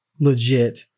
legit